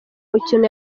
mukino